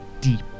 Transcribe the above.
deep